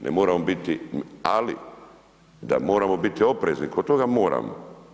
Ne moramo biti, ali da moramo biti oprezni kod toga moramo.